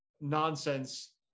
nonsense